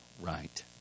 right